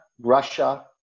russia